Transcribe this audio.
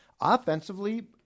offensively